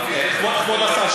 כבוד השר,